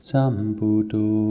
Samputo